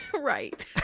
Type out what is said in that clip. Right